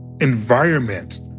environment